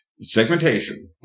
segmentation